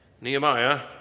Nehemiah